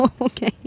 Okay